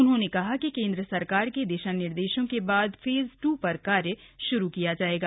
उन्होंने कहा कि केन्द्र सरकार के दिशा निर्देशों के बाद फेज टू प्र कार्य शुरू किया जायेगा